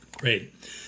Great